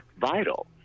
vital